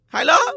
Hello